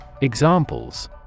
Examples